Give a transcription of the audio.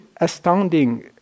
astounding